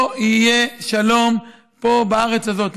לא יהיה שלום פה, בארץ הזאת.